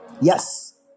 Yes